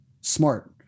smart